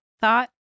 thought